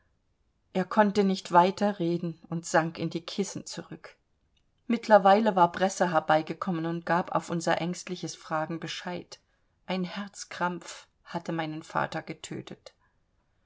verfluer konnte nicht weiter reden und sank in die kissen zurück mittlerweile war bresser herbeigekommen und gab auf unser ängstliches fragen bescheid ein herzkrampf hatte meinen vater getötet